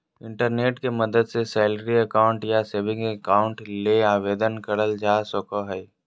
internet के मदद से सैलरी अकाउंट या सेविंग अकाउंट ले आवेदन करल जा सको हय